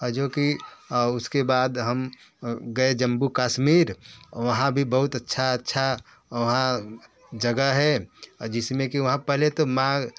और जो कि उसके बाद हम गए जम्मू कश्मीर वहाँ भी बहुत अच्छा अच्छा वहाँ जगह है जिस में कि वहाँ पहले तो माँ